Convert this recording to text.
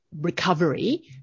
recovery